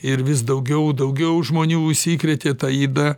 ir vis daugiau daugiau žmonių užsikrėtė ta yda